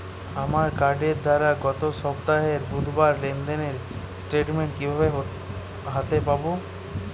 আমার কার্ডের দ্বারা গত সপ্তাহের বুধবারের লেনদেনের স্টেটমেন্ট কীভাবে হাতে পাব?